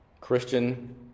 Christian